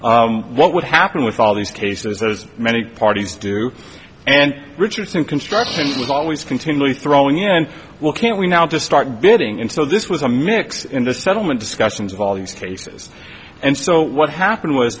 what would happen with all these cases as many parties do and richardson construction was always continually throwing and well can't we now just start bidding and so this was a mix in the settlement discussions of all these cases and so what happened was